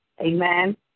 Amen